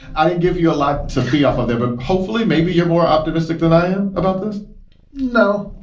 i didn't give you a lot to be off of there, but hopefully maybe you're more optimistic than i am about this no,